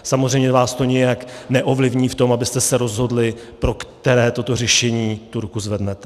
Samozřejmě vás to nijak neovlivní v tom, abyste se rozhodli, pro které to řešení ruku zvednete.